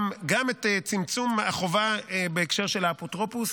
את צמצום החובה בהקשר של האפוטרופוס.